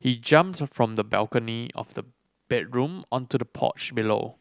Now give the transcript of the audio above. he jumped from the balcony of the bedroom onto the porch below